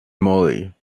moly